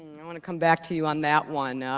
i wanna come back to you on that one,